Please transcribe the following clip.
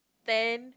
ten